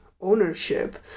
ownership